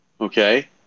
Okay